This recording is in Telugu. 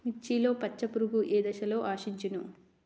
మిర్చిలో పచ్చ పురుగు ఏ దశలో ఆశించును?